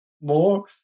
more